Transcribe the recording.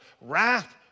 wrath